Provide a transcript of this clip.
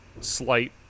slight